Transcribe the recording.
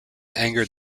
angered